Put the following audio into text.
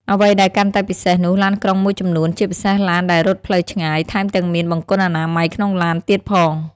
អ្វីដែលកាន់តែពិសេសនោះ ឡានក្រុងមួយចំនួន ជាពិសេសឡានដែលរត់ផ្លូវឆ្ងាយ ថែមទាំងមាន បង្គន់អនាម័យក្នុងឡាន ទៀតផង។